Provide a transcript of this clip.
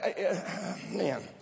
Man